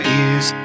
ears